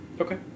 Okay